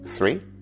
Three